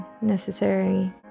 necessary